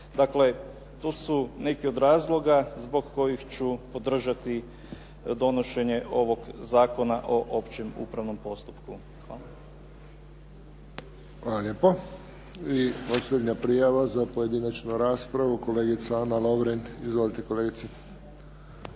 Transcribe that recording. Dakle, tu su i neki od razloga zbog kojih ću podržati donošenje ovog Zakona o opće upravnom postupku. Hvala. **Friščić, Josip (HSS)** Hvala lijepo. I posljednja prijava za pojedinačnu raspravu, kolegica Ana Lovrin. Izvolite kolegice.